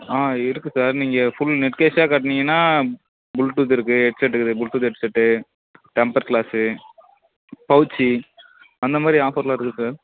ஆ இருக்குது சார் நீங்கள் full net கேஷாக கட்டுனீங்கன்னா ப்ளூடூத் இருக்குது ஹெட்செட்டு இருக்குது ப்ளூடூத் ஹெட்செட்டு டெம்பர் க்ளாஸு பௌச்சி அந்தமாதிரி ஆஃபர்லாம் இருக்குது சார்